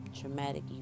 traumatic